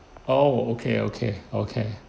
oh okay okay okay